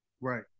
Right